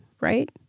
right